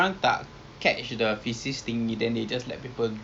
at this block block block sebelas eh